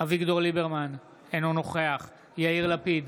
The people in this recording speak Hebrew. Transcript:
אביגדור ליברמן, אינו נוכח יאיר לפיד,